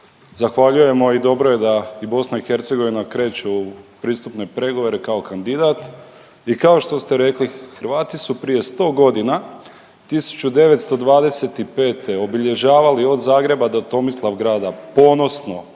Zahvaljujemo i dobro je da i BiH kreću u pristupne pregovore kao kandidat i kao što ste rekli, Hrvati su prije 100.g. 1925. obilježavali od Zagreba do Tomislavgrada ponosno